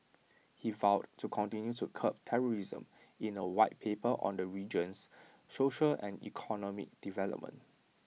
he vowed to continue to curb terrorism in A White Paper on the region's social and economic development